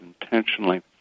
intentionally